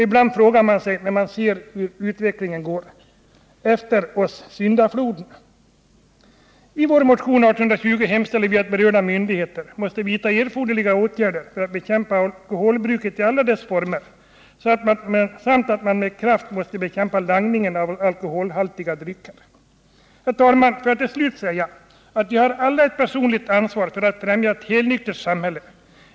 Ibland tänker man, när man ser hur utvecklingen går: Efter oss syndafloden. I vår motion nr 1820 hemställer vi att berörda myndigheter måtte vidta erforderliga åtgärder för att bekämpa alkoholbruket i alla dess former samt att man med kraft måste bekämpa langningen av alkoholhaltiga drycker. Herr talman! Får jag till slut säga att vi alla har ett personligt ansvar för att främja ett helnyktert samhälle.